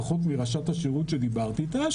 לפחות מראשת השירות שדיברת איתה,